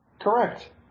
Correct